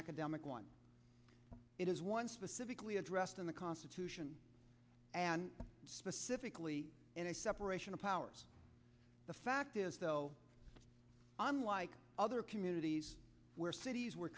academic one it is one specifically addressed in the constitution and specifically in a separation of powers the fact is though unlike other communities where cities were